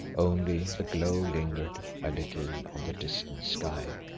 only the glow lingered a little on the distant sky.